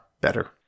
better